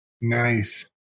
Nice